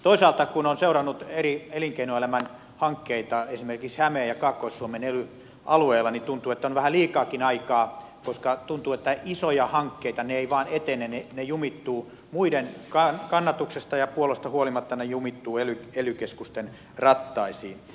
toisaalta kun olen seurannut eri elinkeinoelämän hankkeita esimerkiksi hämeen ja kaakkois suomen ely alueilla tuntuu että on vähän liikaakin aikaa koska tuntuu että on isoja hankkeita mutta ne eivät etene ne jumittuvat muiden kannatuksesta ja puollosta huolimatta ely keskusten rattaisiin